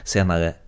Senare